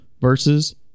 versus